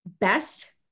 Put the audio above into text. Best